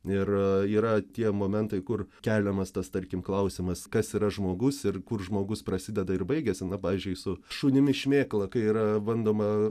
ir yra tie momentai kur keliamas tas tarkim klausimas kas yra žmogus ir kur žmogus prasideda ir baigiasi na pavyzdžiui su šunimi šmėkla kai yra bandoma